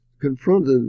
confronted